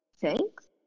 Thanks